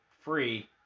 free